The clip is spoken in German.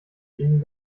ihnen